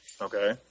Okay